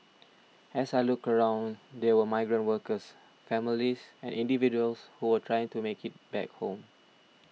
as I looked around there were migrant workers families and individuals who were trying to make it back home